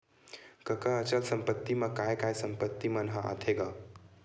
कका अचल संपत्ति मा काय काय संपत्ति मन ह आथे गा?